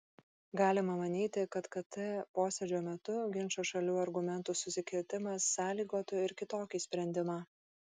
galima manyti kad kt posėdžio metu ginčo šalių argumentų susikirtimas sąlygotų ir kitokį sprendimą